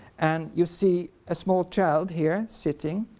and you see a small child here sitting